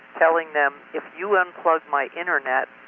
telling them, if you unplug my internet,